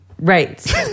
Right